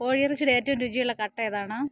കോഴി ഇറച്ചിയുടെ ഏറ്റവും രുചിയുള്ള കട്ട് ഏതാണ്